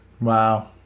Wow